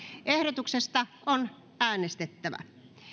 ehdotuksesta on äänestettävä